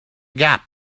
gap